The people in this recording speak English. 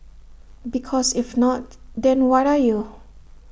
because if not then what are you